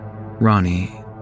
Ronnie